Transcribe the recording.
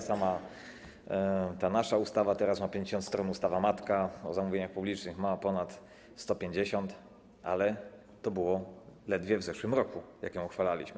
Sama ta nasza ustawa teraz ma 50 stron, ustawa matka o zamówieniach publicznych ma ponad 150, ale to było ledwie w zeszłym roku, gdy ją uchwalaliśmy.